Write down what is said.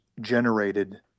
generated